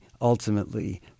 ultimately